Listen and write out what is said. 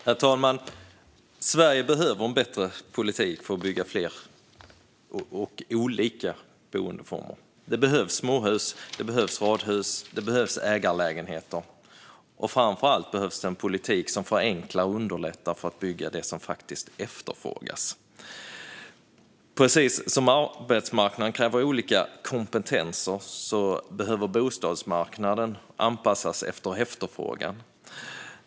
Herr talman! Sverige behöver en bättre politik för att bygga fler och olika boendeformer. Det behövs småhus, radhus och ägarlägenheter. Framför allt behövs det en politik som förenklar och underlättar att bygga det som faktiskt efterfrågas. Precis som arbetsmarknaden kräver olika kompetenser behöver bostadsmarknaden anpassas efter efterfrågan.